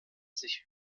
sich